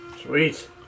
sweet